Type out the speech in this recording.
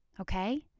Okay